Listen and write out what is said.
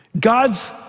God's